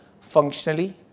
functionally